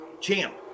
Champ